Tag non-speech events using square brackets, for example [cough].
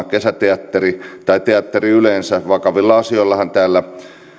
[unintelligible] kesäteatteri tai teatteri yleensä vakavista asioistahan täällä